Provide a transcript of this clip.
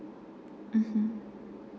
mmhmm